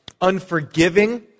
unforgiving